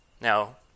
Now